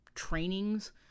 trainings